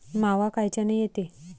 मावा कायच्यानं येते?